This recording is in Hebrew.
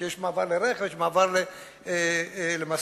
כי יש מעבר לרכב ויש מעבר למשאיות.